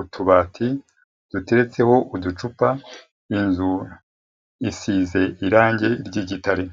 utubati duteretseho uducupa, inzu isize irangi ry'igitare.